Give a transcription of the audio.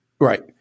right